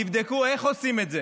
תבדקו איך עושים את זה.